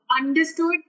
understood